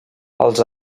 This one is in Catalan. els